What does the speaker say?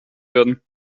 werden